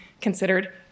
considered